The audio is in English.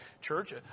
church